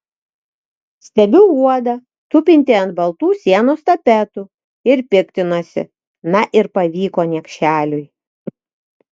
stebiu uodą tupintį ant baltų sienos tapetų ir piktinuosi na ir pavyko niekšeliui